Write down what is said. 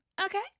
okay